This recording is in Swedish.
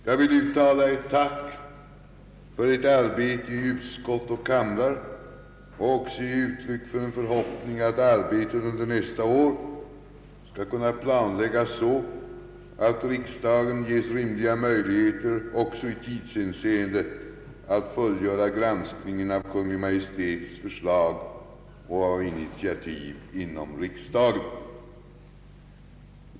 Jag vill uttala ett tack för ert arbete i utskott och kamrar och också ge uttryck för en förhoppning att arbetet under nästa år skall kunna planläggas så, att riksdagen ges rimliga möjligheter också i tidshänseende att fullgöra granskningen av Kungl. Maj:ts förslag och av initiativ inom riksdagen.